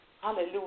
hallelujah